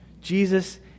Jesus